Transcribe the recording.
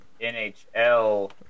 NHL